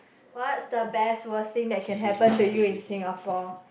what's the best worst thing that can happen to you in Singapore